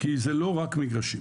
כי זה לא רק מגרשים.